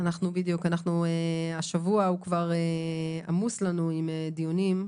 השבוע כבר עמוס לנו עם דיונים,